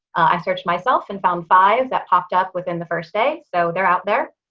i searched myself and found five that popped up within the first day. so they're out there.